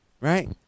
right